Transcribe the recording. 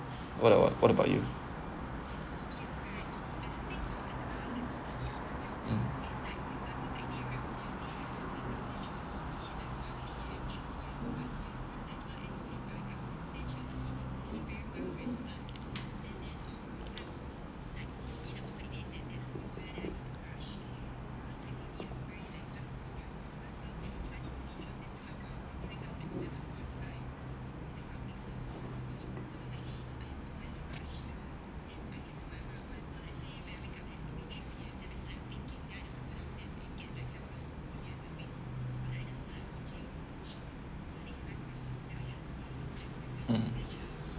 what about what about you mm mm